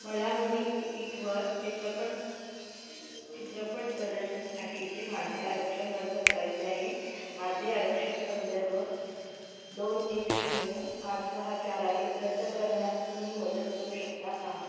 मला नवीन तिकीटवर चित्रपण चित्रपट प्रदर्शनसाठीचे माझे आरक्षण रद्द करायचे आहे माझे आरक्षण संदर्भ दोन एक शून्य आठ सहा चार आहे रद्द करण्यात तुम्ही मदत करू शकता का